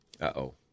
uh-oh